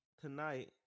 tonight